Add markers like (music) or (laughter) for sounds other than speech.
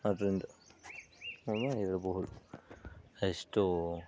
ಆದ್ದರಿಂದ (unintelligible) ಇರಬಹುದು ಅಷ್ಟು